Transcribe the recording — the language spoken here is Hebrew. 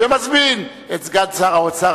ומזמין את סגן שר האוצר,